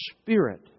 Spirit